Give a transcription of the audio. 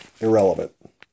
irrelevant